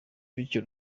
bityo